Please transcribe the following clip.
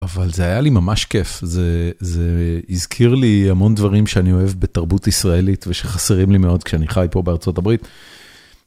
אבל זה היה לי ממש כיף, זה הזכיר לי המון דברים שאני אוהב בתרבות ישראלית ושחסרים לי מאוד כשאני חי פה בארצות הברית.